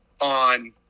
on